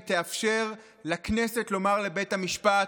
היא תאפשר לכנסת לומר לבית המשפט: